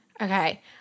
Okay